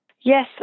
yes